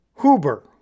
Huber